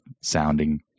sounding